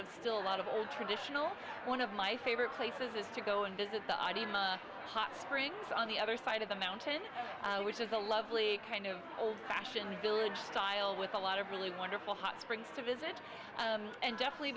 still a lot of old traditional one of my favorite places to go and visit the id month hot springs on the other side of the mountain which is a lovely kind of old fashioned village style with a lot of really wonderful hot springs to visit and definitely